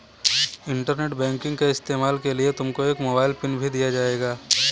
internet banking के इस्तेमाल के लिए तुमको एक मोबाइल पिन भी दिया जाएगा